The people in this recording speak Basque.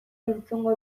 entzungo